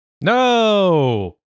No